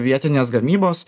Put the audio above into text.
vietinės gamybos